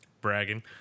bragging